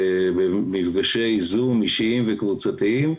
במפגשי זום אישיים וקבוצתיים,